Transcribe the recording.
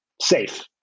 safe